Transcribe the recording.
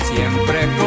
Siempre